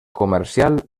comercial